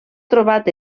trobat